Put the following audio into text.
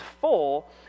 full